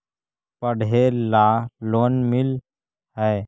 पढ़े ला लोन मिल है?